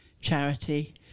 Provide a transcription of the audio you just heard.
charity